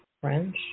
French